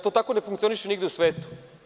To tako ne funkcioniše nigde u svetu.